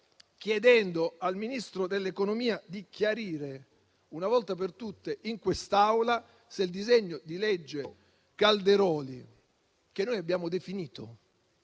chiedo al Ministro dell'economia e delle finanze di chiarire una volta per tutte in quest'Aula se il disegno di legge Calderoli, che noi abbiamo definito